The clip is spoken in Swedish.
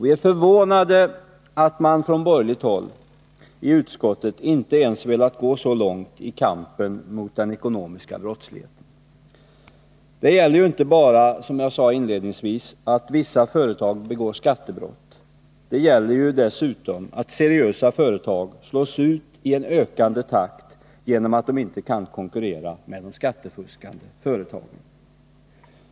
Vi är förvånade över att man från borgerligt håll i utskottet inte ens velat gå så långt i kampen mot den ekonomiska brottsligheten. Det gäller inte bara, som jag sade inledningsvis, att vissa företag begår skattebrott. Det gäller ju dessutom att seriösa företag slås ut i en ökande takt genom att de inte kan konkurrera med de skattefuskande företagen.